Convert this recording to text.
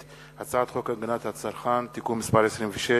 ולקריאה שלישית: הצעת חוק הגנת הצרכן (תיקון מס' 26),